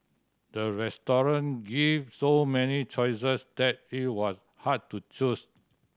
the restaurant gave so many choices that it was hard to choose